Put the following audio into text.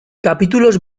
capítulos